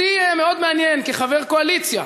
אותי מאוד מעניין כחבר קואליציה.